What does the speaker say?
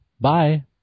Bye